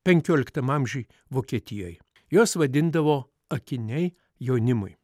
penkioliktam amžiuj vokietijoj juos vadindavo akiniai jaunimui